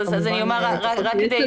אנחנו